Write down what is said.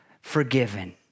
forgiven